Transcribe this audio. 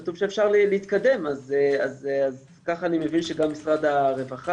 כתוב שאפשר להתקדם אז ככה אני מבין שגם משרד הרווחה